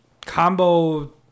combo